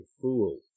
fool